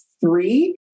three